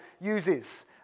uses